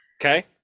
Okay